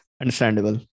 Understandable